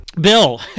Bill